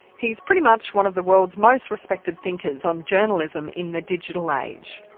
he's pretty much one of the world's most respected thinkers on journalism in the digital age.